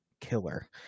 killer